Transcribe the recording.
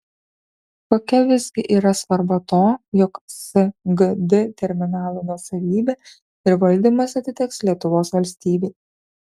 kokia visgi yra svarba to jog sgd terminalo nuosavybė ir valdymas atiteks lietuvos valstybei